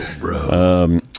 Bro